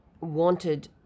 wanted